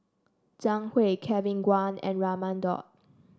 Zhang Hui Kevin Kwan and Raman Daud